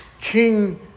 King